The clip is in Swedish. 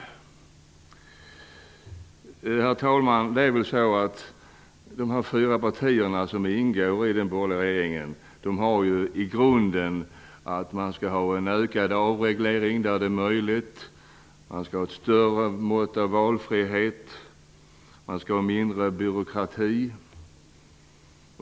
Herr talman! De fyra partier som ingår i den borgerliga regeringen har i grunden uppfattningen att man skall ha en ökad avreglering där det är möjligt, ett större mått av valfrihet och mindre byråkrati.